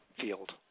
field